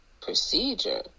procedure